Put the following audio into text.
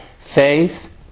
Faith